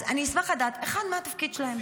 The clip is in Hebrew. אז אני אשמח לדעת מה התפקיד שלהם,